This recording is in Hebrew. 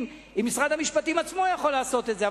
אם משרד המשפטים עצמו יכול לעשות את זה,